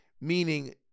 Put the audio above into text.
meaning